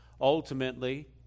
ultimately